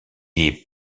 est